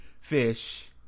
fish